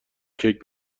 کیک